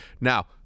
now